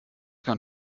kann